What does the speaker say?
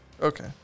Okay